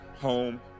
home